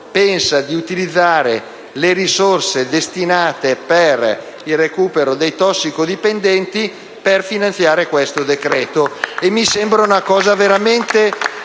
pensa di utilizzare le risorse destinate al recupero dei tossicodipendenti per finanziare questo decreto.